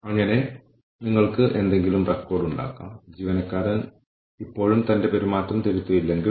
അതിനാൽ ഞാൻ ഒരു ഉദാഹരണം എടുക്കുകയാണെങ്കിൽ ഓരോ സ്കോർകാർഡും ഞാൻ നിങ്ങളുമായി ചർച്ച ചെയ്യും